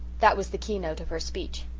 that was the key-note of her speech.